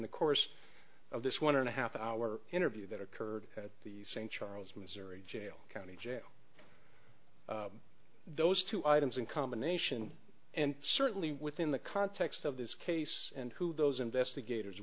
the course of this one and a half hour interview that occurred at the st charles missouri jail county jail those two items in combination and certainly within the context of this case and who those investigators